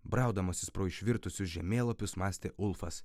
braudamasis pro išvirtusius žemėlapius mąstė ulfas